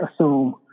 assume